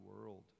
world